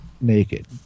naked